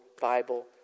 Bible